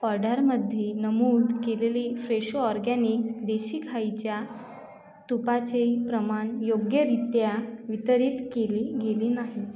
ऑर्डरमध्ये नमूद केलेले फ्रेशो ऑरगॅनिक देशी गाईच्या तुपाचेही प्रमाण योग्यरित्या वितरित केली गेली नाही